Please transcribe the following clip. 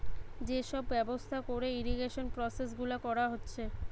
যে সব ব্যবস্থা কোরে ইরিগেশন প্রসেস গুলা কোরা হচ্ছে